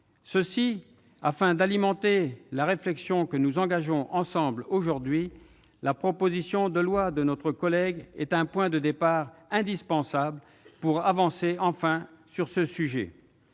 terrain, afin d'alimenter la réflexion que nous engageons, ensemble, aujourd'hui. La proposition de loi de notre collègue Henri Cabanel est un point de départ indispensable pour, enfin, avancer sur ce sujet.